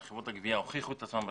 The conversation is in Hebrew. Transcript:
חברות הגבייה הוכיחו את עצמן בשטח,